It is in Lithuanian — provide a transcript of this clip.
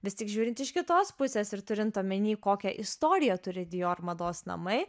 vis tik žiūrint iš kitos pusės ir turint omeny kokią istoriją turi dior mados namai